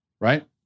right